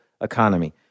economy